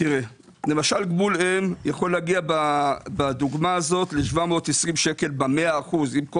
למשל גמול אם יכול להגיע בדוגמה הזאת ל-720 שקלים ב-100 אחוזים.